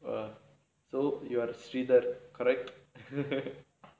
so you are sweeter I like